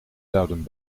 zouden